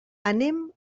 anem